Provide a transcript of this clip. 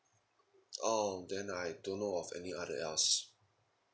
oh then I don't know of any other else